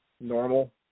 normal